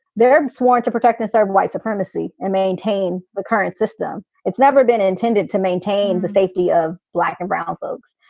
they're sworn to protect and serve white supremacy and maintain the current system. it's never been intended to maintain the safety of black and brown folks.